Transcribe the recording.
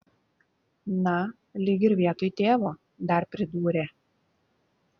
na lyg ir vietoj tėvo dar pridūrė